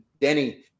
Denny